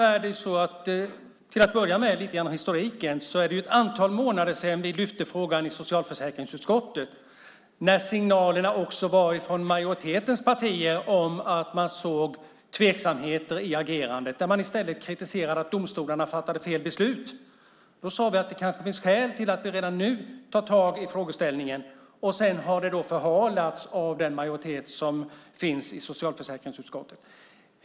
Fru talman! För att börja med historiken är det ett antal månader sedan vi lyfte upp frågan i socialförsäkringsutskottet. Signalerna också från majoritetens partier var då att man såg tveksamheter i agerandet. Man kritiserade att domstolarna fattade fel beslut. Vi sade att det kanske finns skäl att redan nu ta tag i frågan. Sedan har det förhalats av den majoritet som finns i socialförsäkringsutskottet.